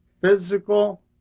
physical